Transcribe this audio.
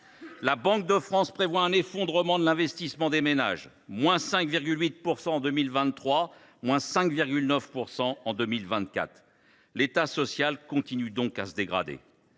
la Banque de France prévoit un effondrement de l’investissement des ménages : –5,8 % en 2023, –5,9 % en 2024 ! L’État social continue donc de se dégrader.